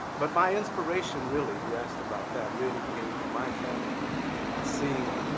but my inspiration really you asked about that really came from my family and seeing,